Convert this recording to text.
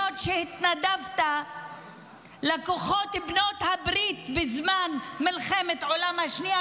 שהתנדבת לכוחות בעלות הברית בזמן מלחמת העולם השנייה,